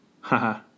Haha